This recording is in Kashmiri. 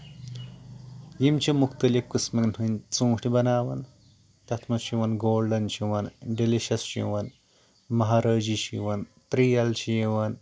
یِم چھِ مُختلف قٕسمَن ہٕنٛدۍ ژوٗنٹھۍ بَناوان تَتھ منٛز چھُ یِوان گولنٛڈن چھُ یِوان ڈلیشس چھُ یِوان مہرٲجی چھ یِوان تریل چھِ یِوان